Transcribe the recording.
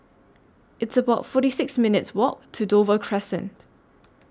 It's about forty six minutes' Walk to Dover Crescent